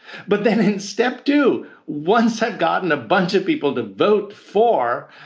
but then step two once had gotten a bunch of people to vote for,